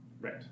Right